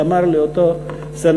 שאמר לי אותו סנטור,